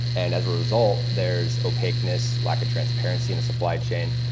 and as a result, there's opaqueness, lack of transparency in the supply chain,